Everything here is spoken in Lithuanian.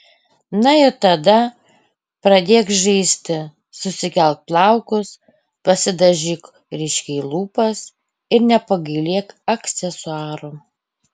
na ir tada pradėk žaisti susikelk plaukus pasidažyk ryškiai lūpas ir nepagailėk aksesuarų